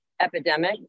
epidemic